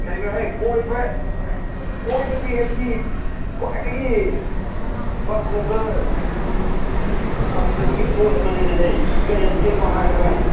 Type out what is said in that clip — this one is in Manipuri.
ꯀꯩꯅꯣꯍꯦ ꯀꯣꯏꯕ ꯀꯣꯏꯕꯗꯤ ꯑꯩꯒꯤ ꯈ꯭ꯋꯥꯏꯗꯒꯤ ꯄꯥꯝꯖꯕ ꯄꯥꯝꯖꯕꯒꯤ ꯄꯣꯠ ꯑꯃꯅꯤꯅꯦꯍꯦ ꯀꯩꯅꯣ ꯍꯥꯏꯔꯣ ꯕꯥꯏ